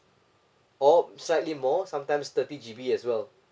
or slightly more sometimes thirty G_B as well